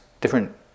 different